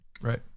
right